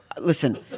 Listen